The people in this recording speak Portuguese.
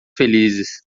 felizes